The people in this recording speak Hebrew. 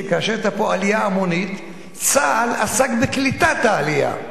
כאשר היתה פה עלייה המונית צה"ל עסק בקליטת העלייה.